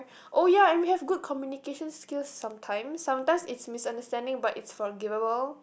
oh ya and we have good communication skills some time sometimes it's misunderstanding but it's forgivable